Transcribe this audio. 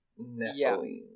Nephilim